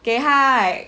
给他 like